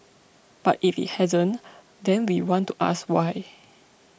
but if it hasn't then we want to ask why